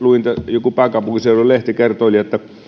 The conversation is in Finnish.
joku pääkaupunkiseudun lehti kertoili että